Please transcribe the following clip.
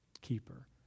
keeper